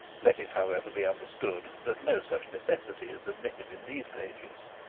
let it however be understood that no such necessity is admitted in these pages.